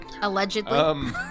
Allegedly